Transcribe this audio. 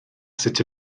sut